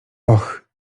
och